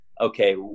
okay